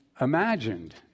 imagined